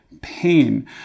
pain